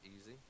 easy